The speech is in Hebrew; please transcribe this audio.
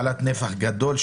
בעלת נפח גדול,